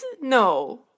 No